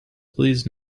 please